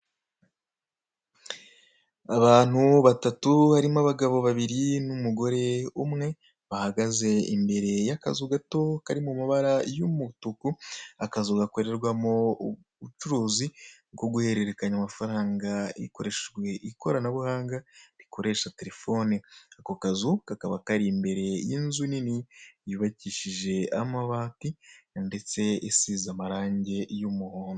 Abantu batatu harimo abagabo babiri n'umugore umwe bahagaze imbere y'akazu gato kari mu mabara y'umutuku akazu gakorerwamo ubucuruzi bwo guhererekanya amafaranga hakoreshejwe ikoranabuhanga rikoresha terefone, ako kazu kakaba kari imbere y'inzu nini yubakishije amabati ndetse isize amarange y'umuhondo.